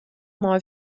mei